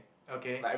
okay